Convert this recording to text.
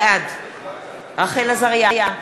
בעד רחל עזריה,